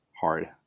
hard